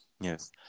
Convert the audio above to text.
Yes